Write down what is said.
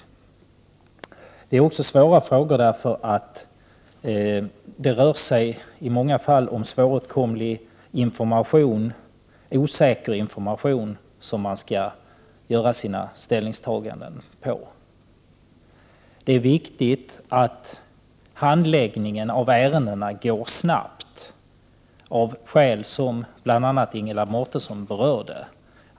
Frågorna är också svåra därför att det i många fall rör sig om svåråtkomlig och osäker information som ställningstagandena skall grundas på. Det är viktigt att handläggningen av ärendena går snabbt, av skäl som bl.a. Ingela Mårtensson berörde.